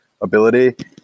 ability